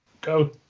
go